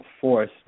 force